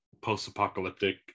post-apocalyptic